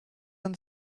and